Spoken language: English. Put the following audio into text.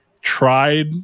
tried